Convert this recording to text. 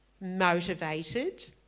motivated